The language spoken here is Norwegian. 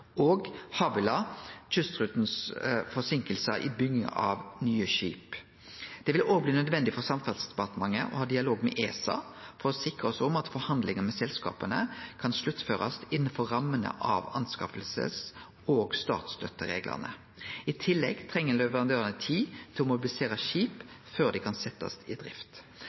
og av Havila Kystruten sine forseinkingar i bygginga av nye skip. Det vil òg bli nødvendig for Samferdselsdepartementet å ha dialog med ESA for å forsikre oss om at forhandlingane med selskapa kan sluttførast innanfor rammene av anskaffings- og statsstøttereglane. I tillegg treng leverandørane tid til å mobilisere skip før dei kan setjast i drift.